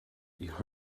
your